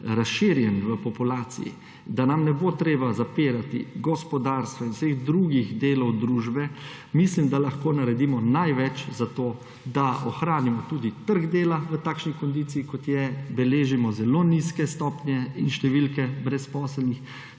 razširjen v populaciji, da nam ne bo treba zapirati gospodarstva in vseh drugih delov družbe. Mislim, da lahko naredimo največ za to, da ohranimo tudi trg dela v takšni kondiciji, kot je, beležimo zelo nizke stopnje in številke brezposelnih,